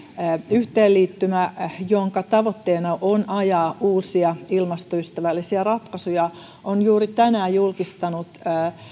yhteenliittymä ja jonka tavoitteena on ajaa uusia ilmastoystävällisiä ratkaisuja on juuri tänään julkistanut